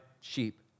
sheep